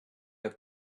have